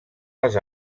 les